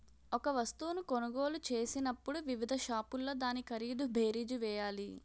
ఒక వస్తువును కొనుగోలు చేసినప్పుడు వివిధ షాపుల్లో దాని ఖరీదు బేరీజు వేయాలి